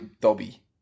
Dobby